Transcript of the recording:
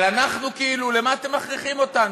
אבל אנחנו, כאילו, למה אתם מכריחים אותנו?